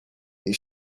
they